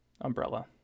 umbrella